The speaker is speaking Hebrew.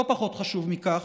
לא פחות חשוב מזה,